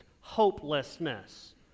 hopelessness